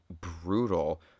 brutal